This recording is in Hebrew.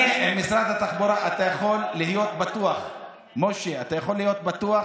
משה, אתה יכול להיות בטוח